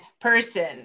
person